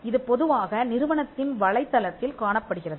இது பொதுவாக நிறுவனத்தின் வலைத்தளத்தில் காணப்படுகிறது